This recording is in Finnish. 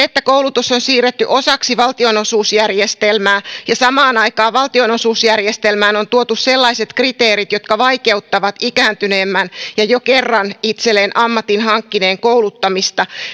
että koulutus on siirretty osaksi valtionosuusjärjestelmää ja samaan aikaan valtionosuusjärjestelmään on tuotu sellaiset kriteerit jotka vaikeuttavat ikääntyneemmän ja jo kerran itselleen ammatin hankkineen kouluttamista